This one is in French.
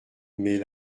mais